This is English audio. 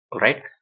Right